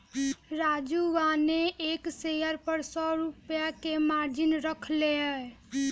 राजूवा ने एक शेयर पर सौ रुपया के मार्जिन रख लय